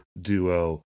duo